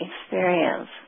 experience